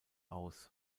aus